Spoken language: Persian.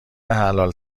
حلال